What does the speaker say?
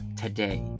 today